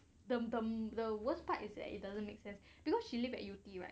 dum dum the worst part is that it doesn't make sense because she lived at yew tee right